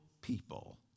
people